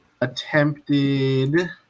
Attempted –